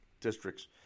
districts